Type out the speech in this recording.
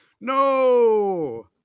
No